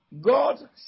God